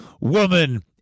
woman